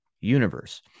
universe